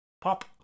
pop